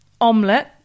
Omelette